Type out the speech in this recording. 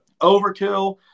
Overkill